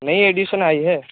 نئی ایڈیشن آئی ہے